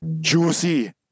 juicy